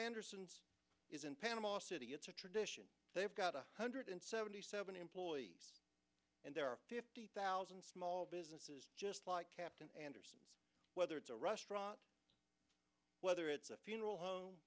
anderson is in panama city it's a tradition they've got one hundred seventy seven employees and there are fifty thousand small businesses just like captain whether it's a restaurant whether it's a funeral home